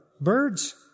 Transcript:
birds